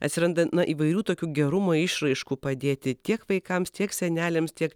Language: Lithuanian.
atsiranda įvairių tokių gerumo išraiškų padėti tiek vaikams tiek seneliams tiek